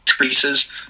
increases